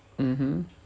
mmhmm